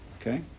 Okay